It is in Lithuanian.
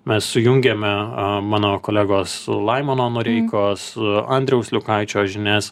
mes sujungėme mano kolegos laimono noreikos andriaus liukaičio žinias